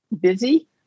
busy